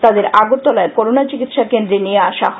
তাদের আগরতলায় করোনা চিকিৎসা কেন্দ্রে নিয়ে আসা হয়